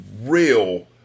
real